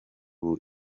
ubu